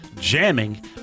jamming